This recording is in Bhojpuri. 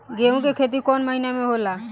गेहूं के खेती कौन महीना में होला?